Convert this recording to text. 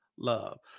love